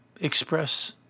express